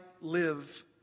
live